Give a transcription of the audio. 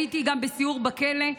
הייתי גם בסיור בכלא.